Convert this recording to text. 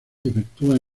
efectúa